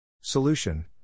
Solution